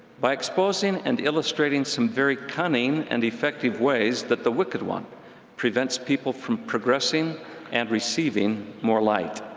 by exposing and illustrating some very cunning and effective ways that the wicked one prevents people from progressing and receiving more light.